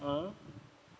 mmhmm